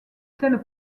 telles